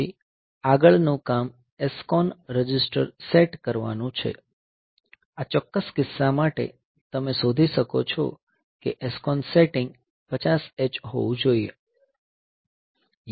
પછી આગળનું કામ SCON રજિસ્ટર સેટ કરવાનું છે આ ચોક્કસ કિસ્સા માટે તમે શોધી શકો છો કે SCON સેટિંગ 50H હોવું જોઈએ